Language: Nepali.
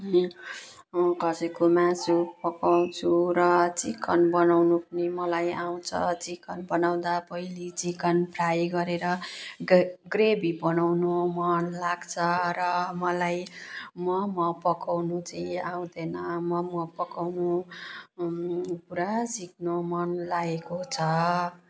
अनि खसीको मासु पकाउँछु र चिकन बनाउनु पनि मलाई आउँछ चिकन बनाउँदा पहिले चिकन फ्राई गरेर ग ग्रेभी बनाउनु मन लाग्छ र मलाई मोमो पकाउनु चाहिँ आउँदैन मोमो पकाउनु पुरा सिक्नु मनलागेको छ